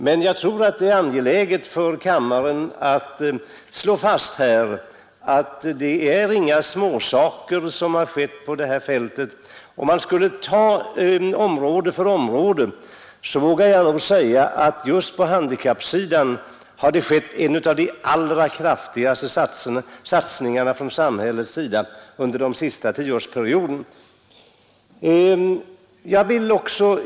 Men det är angeläget att här slå fast att det inte är några småsaker som skett på detta fält. Om man jämför område efter område skall man finna att samhället just på handikappsidan har gjort en av de allra kraftigaste satsningarna under den senaste tioårsperioden.